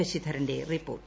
ശശിധരന്റെ report